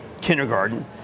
kindergarten